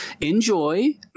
enjoy